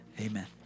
Amen